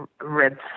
Red